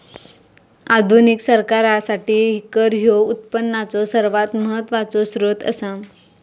आधुनिक सरकारासाठी कर ह्यो उत्पनाचो सर्वात महत्वाचो सोत्र असा